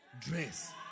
dress